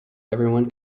everyone